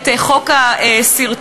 את חוק הסרטונים,